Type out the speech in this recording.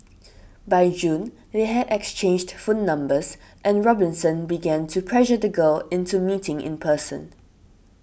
by June they had exchanged phone numbers and Robinson began to pressure the girl into meeting in person